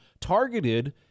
targeted